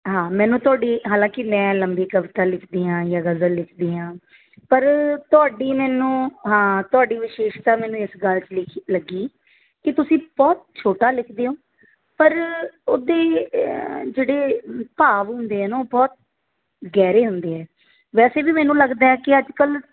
ਹਾਂ ਮੈਨੂੰ ਤੁਹਾਡੀ ਹਾਲਾਂ ਕਿ ਮੈਂ ਲੰਬੀ ਕਵਿਤਾ ਲਿਖਦੀ ਹਾਂ ਜਾਂ ਗਜ਼ਲ ਲਿਖਦੀ ਹਾਂ ਪਰ ਤੁਹਾਡੀ ਮੈਨੂੰ ਹਾਂ ਤੁਹਾਡੀ ਵਿਸ਼ੇਸ਼ਤਾ ਮੈਨੂੰ ਇਸ ਗੱਲ 'ਚ ਲਿਖੀ ਲੱਗੀ ਕਿ ਤੁਸੀਂ ਬਹੁਤ ਛੋਟਾ ਲਿਖਦੇ ਹੋ ਪਰ ਉਹਦੇ ਜਿਹੜੇ ਭਾਵ ਹੁੰਦੇ ਆ ਨਾ ਉਹ ਬਹੁਤ ਗਹਿਰੇ ਹੁੰਦੇ ਆ ਵੈਸੇ ਵੀ ਮੈਨੂੰ ਲੱਗਦਾ ਹੈ ਕਿ ਅੱਜ ਕੱਲ੍ਹ